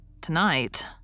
tonight